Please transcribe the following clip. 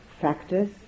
factors